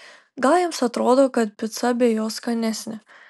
gal jiems atrodo kad pica be jo skanesnė